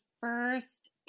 first